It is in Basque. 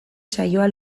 saioa